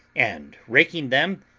and raking them,